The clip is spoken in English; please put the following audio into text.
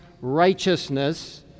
righteousness